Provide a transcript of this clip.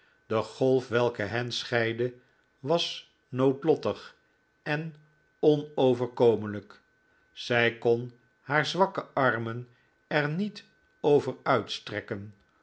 de golf welke hen scheidde was noodlottig en onoverkomelijk zij kon haar zwakke armen er niet over uitstrekken